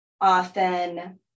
often